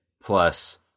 plus